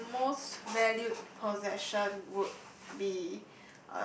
my most valued possession would be